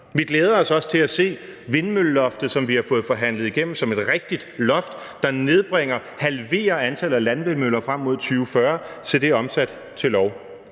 Vi glæder os også til at se vindmølleloftet, som vi har fået forhandlet igennem som et rigtigt loft, der nedbringer, halverer, antallet af landvindmøller frem mod 2040, omsat til lov.